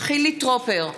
חילי טרופר,